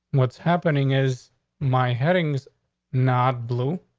what's happening is my headings not blue.